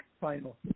final